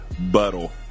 buttle